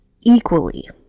equally